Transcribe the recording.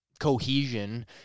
cohesion